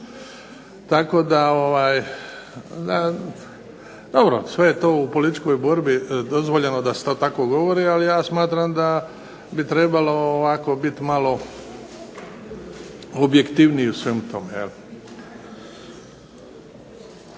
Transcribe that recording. Tako da dobro, sve je to u političkoj borbi dozvoljeno da se to tako govori. Ali ja smatram da bi trebalo ovako biti malo objektivnije u svemu tome.